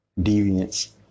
Deviance